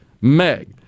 meg